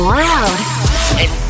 loud